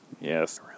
Yes